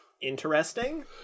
interesting